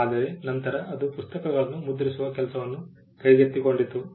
ಆದರೆ ನಂತರ ಅದು ಪುಸ್ತಕಗಳನ್ನು ಮುದ್ರಿಸುವ ಕೆಲಸವನ್ನು ಕೈಗೆತ್ತಿಕೊಂಡಿತು